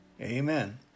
Amen